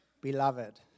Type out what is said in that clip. Beloved